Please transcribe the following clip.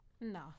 no